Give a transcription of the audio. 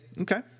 okay